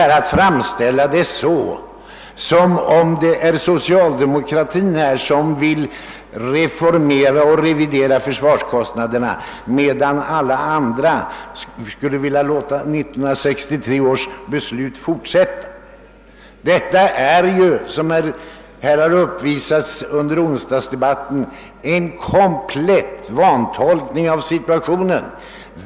Han framställde det som om socialdemokratin ensam vill reformera och revidera försvarskostnaderna medan alla andra vill låta 1963 års beslut fortsätta att gälla. Detta är ju, som påvisades under onsdagens debatt, en komplett vantolkning av situationen.